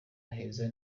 heza